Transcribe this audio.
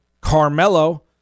Carmelo